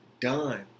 done